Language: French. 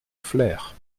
flers